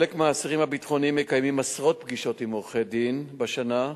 חלק מהאסירים הביטחוניים מקיימים עשרות פגישות עם עורכי-דין בשנה.